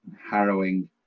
harrowing